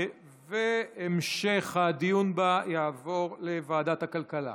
והמשך הדיון בה יעבור לוועדת הכלכלה.